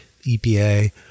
EPA